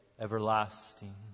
everlasting